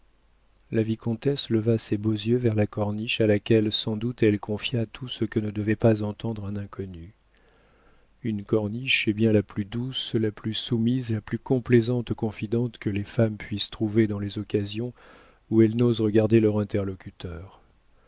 la vicomtesse leva ses beaux yeux vers la corniche à laquelle sans doute elle confia tout ce que ne devait pas entendre un inconnu une corniche est bien la plus douce la plus soumise la plus complaisante confidente que les femmes puissent trouver dans les occasions où elles n'osent regarder leur interlocuteur